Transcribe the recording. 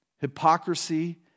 hypocrisy